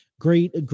Great